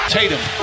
Tatum